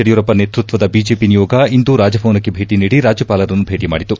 ಯಡಿಯೂರಪ್ಪ ನೇತೃತ್ವದ ಬಿಜೆಪಿ ನಿಯೋಗ ಇಂದು ರಾಜಭವನಕ್ಕೆ ಭೇಟಿ ನೀಡಿ ರಾಜ್ಯಪಾಲರನ್ನು ಭೇಟಿ ಮಾಡಿತು